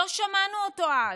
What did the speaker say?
לא שמענו אותו אז.